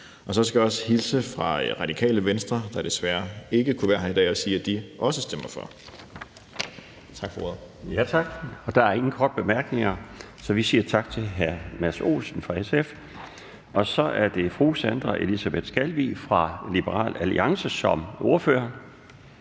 Så skal jeg også hilse fra Radikale Venstre, der desværre ikke kunne være her i dag, og sige, at de også stemmer for. Tak for ordet. Kl. 13:16 Den fg. formand (Bjarne Laustsen): Tak. Der er ingen korte bemærkninger. Så er det fru Sandra Elisabeth Skalvig fra Liberal Alliance som ordfører.